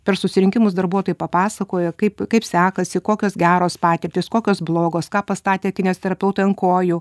per susirinkimus darbuotojai papasakoja kaip kaip sekasi kokios geros patirtys kokios blogos ką pastatė kineziterapeutai ant kojų